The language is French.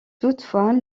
toutefois